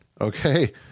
Okay